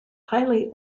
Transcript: highly